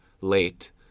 late